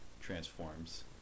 transforms